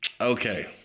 Okay